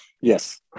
Yes